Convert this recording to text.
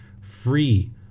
free